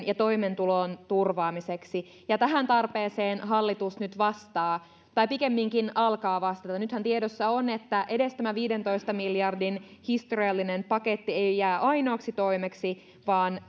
ja toimeentulon turvaamiseksi ja tähän tarpeeseen hallitus nyt vastaa tai pikemminkin alkaa vastata nythän tiedossa on että edes tämä viidentoista miljardin historiallinen paketti ei jää ainoaksi toimeksi vaan